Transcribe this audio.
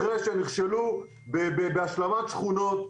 אחרי שנכשלו בהשלמת שכונות,